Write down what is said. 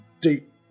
deep